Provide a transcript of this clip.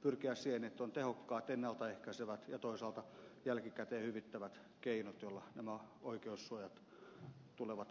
pyrkiä siihen että on tehokkaat ennalta ehkäisevät ja toisaalta jälkikäteen hyvittävät keinot joilla nämä oikeussuojat tulevat varmistetuiksi